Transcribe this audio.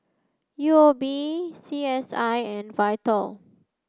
U O B C S I and VITAL